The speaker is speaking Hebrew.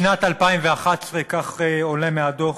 בשנת 2011, כך עולה מהדוח,